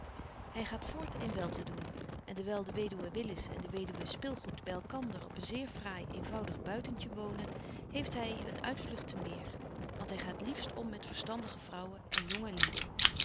hy gaat voort in weltedoen en dewyl de weduwe willis en de weduwe spilgoed by elkander op een zeer fraai eenvoudig buitentje wonen heeft hy een uitvlugt te meer want hy gaat liefst om met verstandige vrouwen en jonge lieden